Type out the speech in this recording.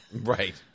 Right